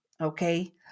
Okay